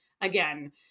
again